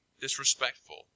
disrespectful